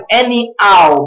anyhow